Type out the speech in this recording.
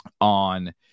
On